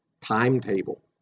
timetable